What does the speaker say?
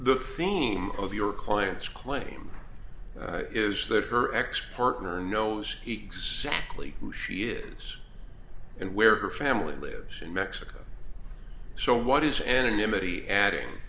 the theme of your client's claim is that her ex partner knows exactly who she is and where her family lives in mexico so what is anonymity adding